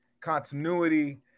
continuity